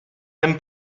then